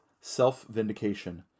self-vindication